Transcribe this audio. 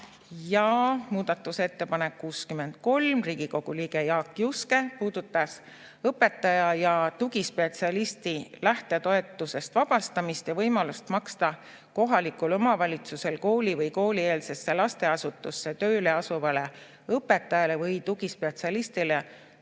Ja muudatusettepanek 63, Riigikogu liige Jaak Juske puudutas õpetaja ja tugispetsialisti lähtetoetusest vabastamist ja võimalust maksta kohalikul omavalitsusel kooli või koolieelsesse lasteasutusse tööle asuvale õpetajale või tugispetsialistile